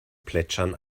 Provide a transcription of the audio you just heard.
plätschern